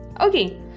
Okay